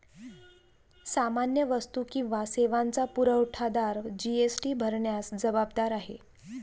सामान्य वस्तू किंवा सेवांचा पुरवठादार जी.एस.टी भरण्यास जबाबदार आहे